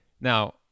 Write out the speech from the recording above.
Now